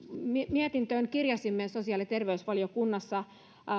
mietintöön kirjasimme sosiaali ja terveysvaliokunnassa